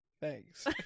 Thanks